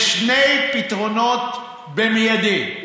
יש שני פתרונות במיידי.